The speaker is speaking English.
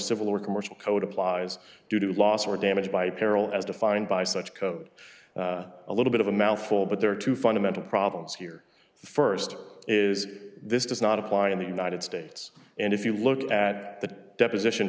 civil or commercial code applies due to loss or damage by peril as defined by such code a little bit of a mouthful but there are two fundamental problems here st is this does not why in the united states and if you look at the deposition